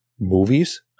movies